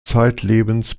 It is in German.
zeitlebens